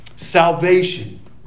Salvation